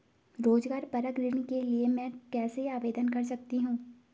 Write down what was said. रोज़गार परक ऋण के लिए मैं कैसे आवेदन कर सकतीं हूँ?